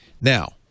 now